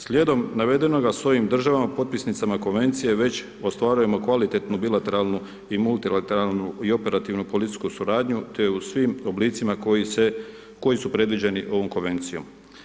Slijedom navedenog, s ovim državama, potpisnicama Konvencije, već ostvarujemo kvalitetnu bilateralnu i multilateralnu i operativnu političku suradnju, te u svim oblicima koji su predviđeni ovom Konvencijom.